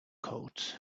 codes